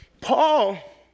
Paul